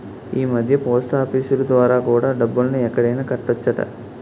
ఈమధ్య పోస్టాఫీసులు ద్వారా కూడా డబ్బుల్ని ఎక్కడైనా కట్టొచ్చట